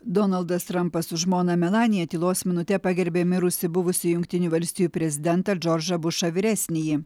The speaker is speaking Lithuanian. donaldas trampas su žmona melanija tylos minute pagerbė mirusį buvusį jungtinių valstijų prezidentą džordžą bušą vyresnįjį